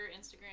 Instagram